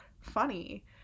funny